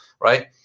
right